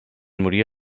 morir